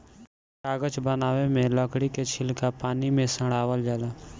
कागज बनावे मे लकड़ी के छीलका पानी मे सड़ावल जाला